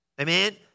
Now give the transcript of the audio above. Amen